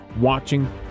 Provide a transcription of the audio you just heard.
watching